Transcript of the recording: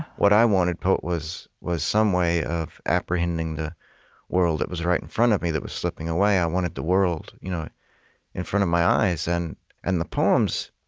what i wanted was was some way of apprehending the world that was right in front of me that was slipping away. i wanted the world you know in front of my eyes. and and the poems